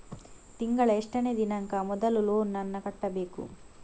ತಿಂಗಳ ಎಷ್ಟನೇ ದಿನಾಂಕ ಮೊದಲು ಲೋನ್ ನನ್ನ ಕಟ್ಟಬೇಕು?